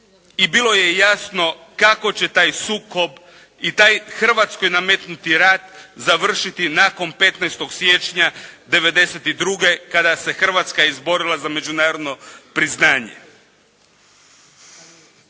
i bilo je jasno kako će taj sukob i taj Hrvatskoj nametnuti rat završiti nakon 15. siječnja '92. kada se Hrvatska izborila za međunarodno priznanje.